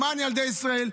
למען ילדי ישראל.